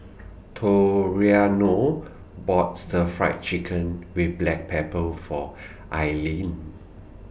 Toriano bought Stir Fried Chicken with Black Pepper For Ailene